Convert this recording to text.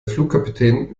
flugkapitän